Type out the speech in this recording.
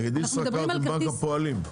נגיד ישראכרט הוא בנק הפועלים.